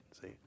See